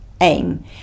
aim